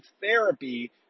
therapy